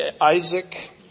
Isaac